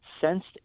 sensed